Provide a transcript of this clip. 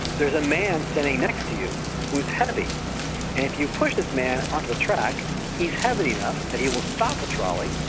there's a man standing next to you who's heavy, and if you push this man onto the track he's heavy enough that he will stop the trolley,